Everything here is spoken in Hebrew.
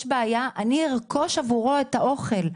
אם יש בעיה אני ארכוש עבורו את האוכל,